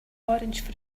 orange